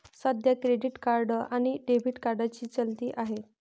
सध्या credit card आणि debit कार्डची चलती आहे